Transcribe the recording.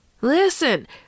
Listen